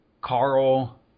Carl